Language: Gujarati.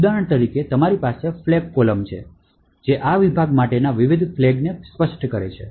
ઉદાહરણ તરીકે તમારી પાસે ફ્લેગ કોલમ છે જે આ વિભાગ માટેના વિવિધ ફ્લેગ ને સ્પષ્ટ કરે છે